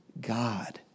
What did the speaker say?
God